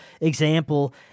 example